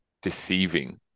deceiving